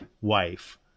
wife